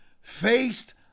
faced